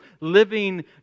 living